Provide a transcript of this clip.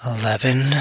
Eleven